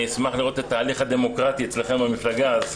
אני אשמח לראות את ההליך הדמוקרטי אצלכם במפלגה.